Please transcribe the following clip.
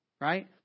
right